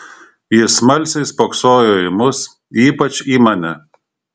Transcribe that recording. ji smalsiai spoksojo į mus ypač į mane